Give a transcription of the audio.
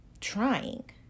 trying